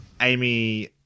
Amy